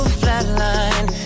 flatline